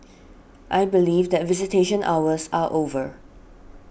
I believe that visitation hours are over